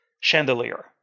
chandelier